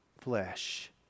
flesh